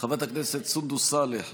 חברת הכנסת סונדוס סאלח,